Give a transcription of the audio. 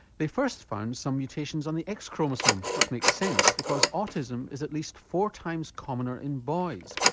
they first found some mutations on the x chromosome which makes sense because autism is at least four times commoner in boys,